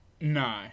No